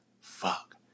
fuck